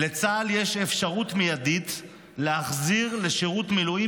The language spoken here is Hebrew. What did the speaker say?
"לצה"ל יש אפשרות מיידית להחזיר לשירות מילואים